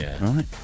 right